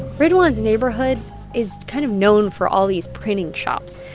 ridwan's neighborhood is kind of known for all these printing shops.